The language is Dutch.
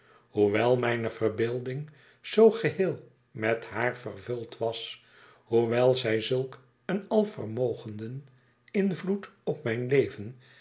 hoewel mijne verbeelding zoo geheel met haar vervuldwas hoewel zij zulk een alvermogenden invloed op mijn leven